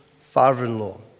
father-in-law